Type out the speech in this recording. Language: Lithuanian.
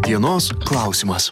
dienos klausimas